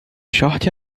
short